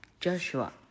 Joshua